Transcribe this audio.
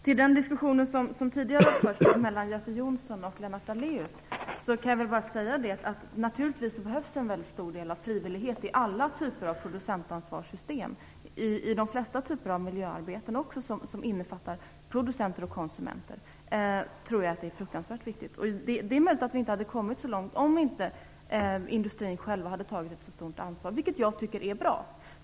Till den diskussion som tidigare har förts mellan Göte Jonsson och Lennart Daléus kan jag bara tillägga att det naturligtvis behövs en väldigt stor del av frivillighet i alla typer av system med producentansvar, och även i de flesta typer av miljöarbeten som innefattar producenter och konsumenter. Jag tror att det är fruktansvärt viktigt. Det är möjligt att vi inte hade kommit så långt om inte industrin själv hade tagit ett så stort ansvar, vilket jag tycker är bra.